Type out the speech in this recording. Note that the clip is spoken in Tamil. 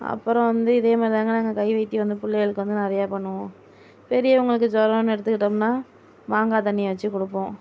அப்புறம் வந்து இதே மாதிரி தாங்க நாங்கள் கை வைத்தியம் வந்து பிள்ளைகளுக்கு வந்து நிறையா பண்ணுவோம் பெரியவங்களுக்கு ஜுரம்னு எடுத்துகிட்டோம்னால் மாங்காய் தண்ணியை வச்சு கொடுப்போம்